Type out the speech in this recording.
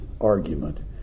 argument